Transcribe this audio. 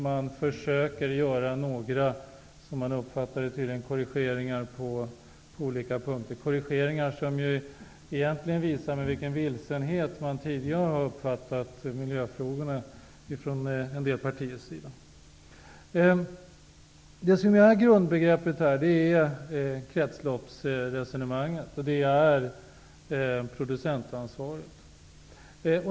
Man försöker att göra några, som man tydligen uppfattar det, korrigeringar på olika punkter. Korrigeringarna visar egentligen med vilken vilsenhet man från en del partiers sida tidigare har uppfattat miljöfrågorna. Grundbegreppen här är kretsloppsresonemanget och producentansvaret.